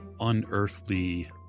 unearthly